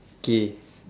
K